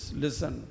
listen